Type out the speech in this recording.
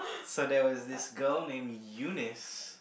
so there was this girl named Eunice